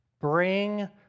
bring